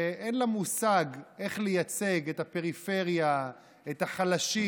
שאין לה מושג איך לייצג את הפריפריה, את החלשים,